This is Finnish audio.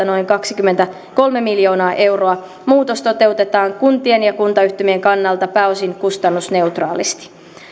noin kaksikymmentäkolme miljoonaa euroa muutos toteutetaan kuntien ja kuntayhtymien kannalta pääosin kustannusneutraalisti